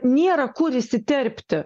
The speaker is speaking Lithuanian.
nėra kur įsiterpti